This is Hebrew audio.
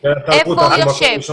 איפה הוא יושב,